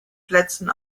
plätzen